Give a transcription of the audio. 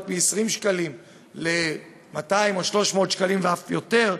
מ-20 שקלים ל-200 או 300 שקלים ואף יותר,